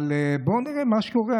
אבל בואו נראה מה שקורה.